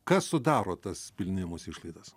kas sudaro tas bylinėjimosi išlaidas